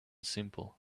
simple